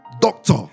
doctor